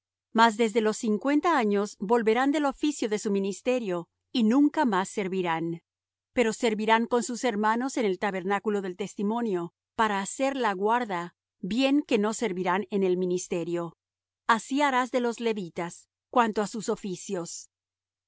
mas desde los cincuenta años volverán del oficio de su ministerio y nunca más servirán pero servirán con sus hermanos en el tabernáculo del testimonio para hacer la guarda bien que no servirán en el ministerio así harás de los levitas cuanto á sus oficios